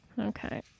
okay